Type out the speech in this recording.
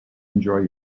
enjoy